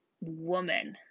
woman –